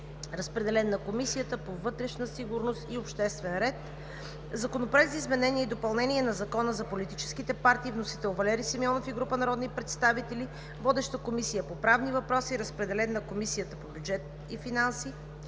Разпределен е на Комисията по вътрешна сигурност и обществен ред. Законопроект за изменение и допълнение на Закона за политическите партии. Вносител е Валери Симеонов и група народни представители. Водеща е Комисията по правни въпроси. Разпределен е на Комисията по бюджет и финанси.